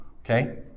okay